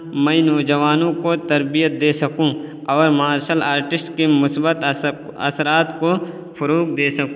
میں نوجوانوں کو تربیت دے سکوں اور مارشل آرٹسٹ کے مثبت اثر اثرات کو فروغ دے سکوں